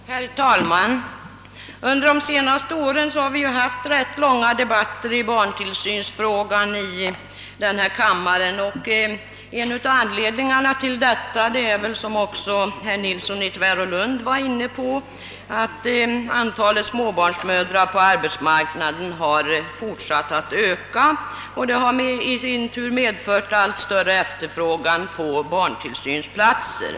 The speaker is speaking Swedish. Herr talman! Under de senaste åren har vi haft rätt långa debatter i barntillsynsfrågan i denna kammare. En av anledningarna till detta är väl, som också herr Nilsson i Tvärålund var inne på, att antalet småbarnsmödrar på arbetsmarknaden har fortsatt att öka. Detta har i sin tur medfört allt större efterfrågan på barntillsynsplatser.